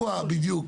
שבוע בדיוק.